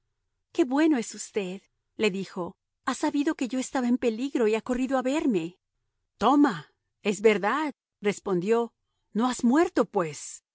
qué bueno es usted le dijo ha sabido que yo estaba en peligro y ha corrido a verme toma es verdad respondió no has muerto pues